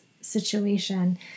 situation